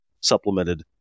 supplemented